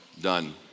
Done